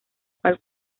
cual